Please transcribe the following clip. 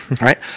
right